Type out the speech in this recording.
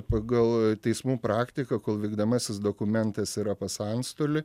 pagal teismų praktiką kol vykdomasis dokumentas yra pas antstolį